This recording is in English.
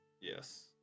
Yes